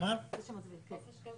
שבתוכו יש גם את חדרה,